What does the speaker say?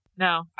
No